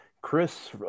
chris